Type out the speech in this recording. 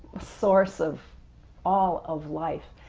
source of all of life.